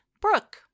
Brooke